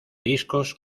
discos